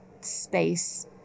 space